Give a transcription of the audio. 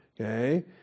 Okay